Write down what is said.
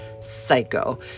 psycho